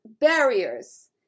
barriers